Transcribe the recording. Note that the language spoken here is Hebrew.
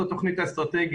באמצעות התכנית האסטרטגית